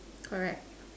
correct